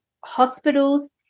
hospitals